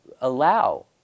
allow